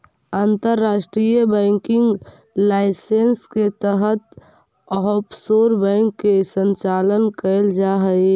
अंतर्राष्ट्रीय banking licence के तहत ऑफशोर बैंक के संचालन कैल जा हइ